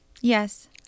yes